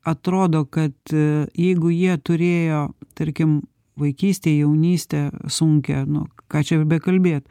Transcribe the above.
atrodo kad jeigu jie turėjo tarkim vaikystę jaunystę sunkią nu ką čia ir bekalbėt